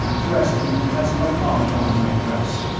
dressing as an automaton might dress.